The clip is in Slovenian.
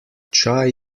čaj